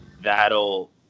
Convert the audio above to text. that'll